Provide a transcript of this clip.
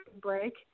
break